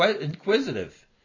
inquisitive